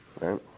right